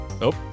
Nope